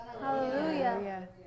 Hallelujah